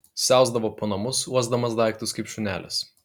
siausdavo po namus uosdamas daiktus kaip šunelis